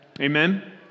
Amen